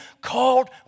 called